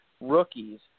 rookies